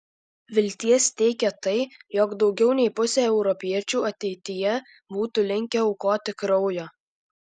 vilties teikia tai jog daugiau nei pusė europiečių ateityje būtų linkę aukoti kraujo